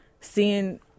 seeing